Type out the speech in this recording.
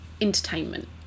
entertainment